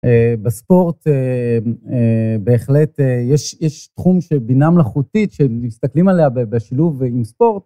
בספורט בהחלט יש תחום של בינה מלאכותית שמסתכלים עליה בשילוב עם ספורט.